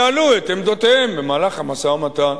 יעלו את עמדותיהם במהלך המשא-ומתן.